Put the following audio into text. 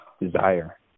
desire